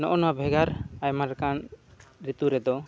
ᱱᱚᱜᱼᱚᱱᱟ ᱵᱷᱮᱜᱟᱨ ᱟᱭᱢᱟ ᱞᱮᱠᱟᱱ ᱨᱤᱛᱩ ᱨᱮᱫᱚ